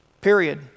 period